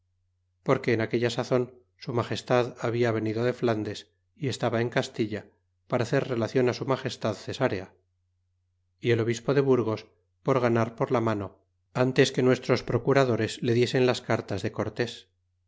porque en aquella sazon su magestad habla venido de flandes y estaba en castilla para hacer relacion su magestad cesarea y el obispo de burgos por ganar por la mano ntes que nuestros procuradores le diesen las cartas de cortés